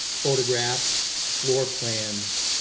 photographs, floor plans,